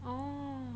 oh